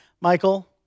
Michael